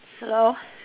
hello